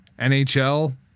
nhl